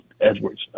Edwards